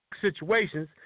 situations